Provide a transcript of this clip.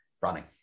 running